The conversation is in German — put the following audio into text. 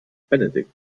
benedikt